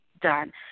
done